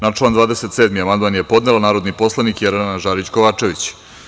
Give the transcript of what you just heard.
Na član 27. amandman je podnela narodni poslanik Jelena Žarić Kovačević.